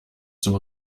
zum